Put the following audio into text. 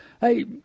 Hey